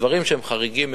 דברים שהם חריגים.